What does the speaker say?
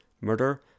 murder